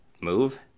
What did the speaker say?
move